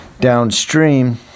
downstream